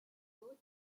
load